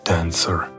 Dancer